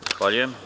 Zahvaljujem.